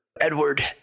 Edward